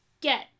get